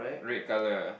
red colour